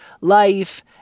life